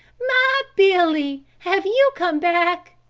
my billy! have you come back!